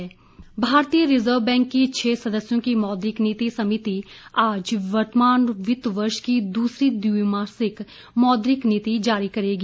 मौद्रिक नीति भारतीय रिजर्व बैंक की छह सदस्यों की मौद्रिक नीति समिति आज वर्तमान वित्त वर्ष की दूसरी द्विमासिक मौद्रिक नीति जारी करेगी